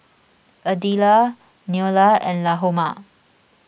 Adelia Neola and Lahoma